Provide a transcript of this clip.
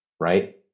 right